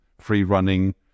free-running